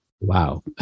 Wow